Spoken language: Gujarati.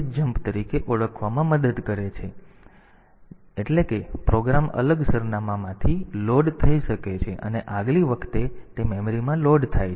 તેથી આ પ્રોગ્રામ રિલોકેશન નામની પ્રક્રિયામાં મદદ કરે છે એટલે કે પ્રોગ્રામ અલગ સરનામાંથી લોડ થઈ શકે છે અને આગલી વખતે તે મેમરીમાં લોડ થાય છે